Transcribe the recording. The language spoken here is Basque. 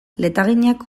letaginak